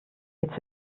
jetzt